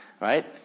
right